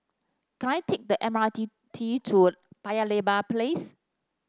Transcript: can I take the M R T T to Paya Lebar Place